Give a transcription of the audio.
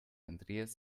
andreas